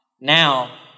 Now